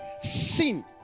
sin